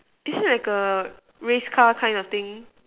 is it like a race car kind of thing